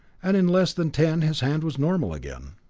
and in less than ten his hand was normal again.